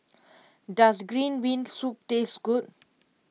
does Green Bean Soup taste good